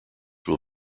will